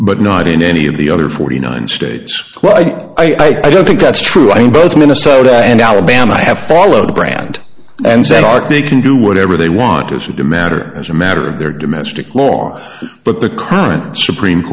but not in any of the other forty nine states well i don't think that's true in both minnesota and alabama have followed brand and said art they can do whatever they want to see the matter as a matter of their domestic law but the current supreme